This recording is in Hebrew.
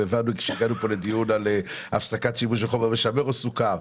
וכשהגענו פה לדיון על הפסקת שימוש בחומר משמר או סוכר...